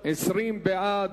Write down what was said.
בעד,